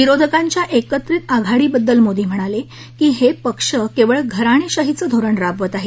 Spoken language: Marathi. विरोधकांच्या एकत्रीत आघाडीबद्दल मोदी म्हणाले की हे पक्ष केवळ घराणेशाहीचं धोरण राबवत आहेत